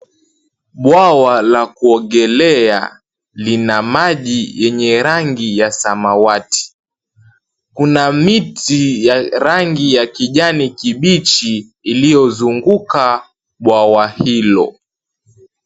Bwawa la kuogelea lina maji yenye rangi ya samawati. Kuna miti ya rangi ya kijani kibichi iliozunguka bwawa hilo.